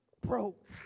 broke